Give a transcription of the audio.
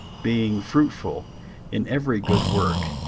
being fruitful in every good work,